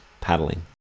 paddling